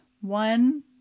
One